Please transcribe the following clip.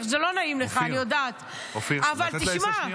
זה לא נעים לך, אני יודעת, אבל תשמע.